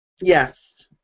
Yes